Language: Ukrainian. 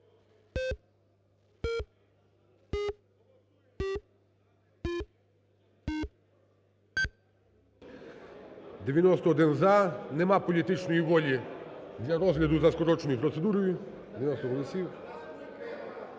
За-91 Нема політичної волі для розгляду за скороченою процедурою,